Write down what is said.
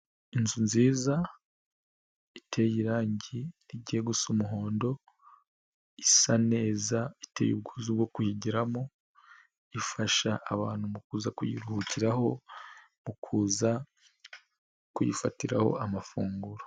Inzu nziza iteye irangi rijye gu gusa umuhondo, isa neza, iteye ubwuzu bwo kuyigiramo, ifasha abantu kuza kuyiruhukiraho, mu kuza kuyifatiraho amafunguro.